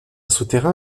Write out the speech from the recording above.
souterrain